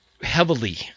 heavily